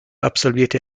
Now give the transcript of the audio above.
absolvierte